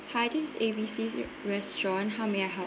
hi this is A B C restaurant how may I help